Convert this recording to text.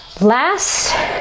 Last